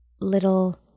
little